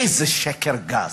איזה שקר גס.